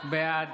בעד